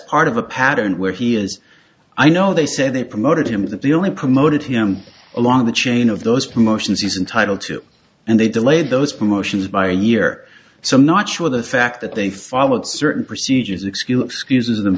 part of a pattern where he as i know they said they promoted him that the only promoted him along the chain of those promotions he's entitled to and they delayed those promotions by a year so i'm not sure the fact that they followed certain procedures